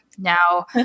Now